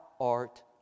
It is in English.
art